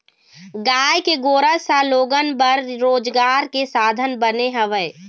गाय के गोरस ह लोगन बर रोजगार के साधन बने हवय